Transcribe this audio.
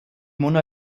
mona